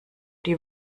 die